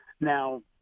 Now